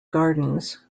gardens